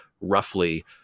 roughly